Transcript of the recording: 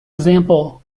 example